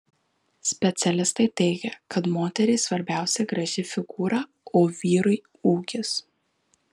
specialistai teigia kad moteriai svarbiausia graži figūra o vyrui ūgis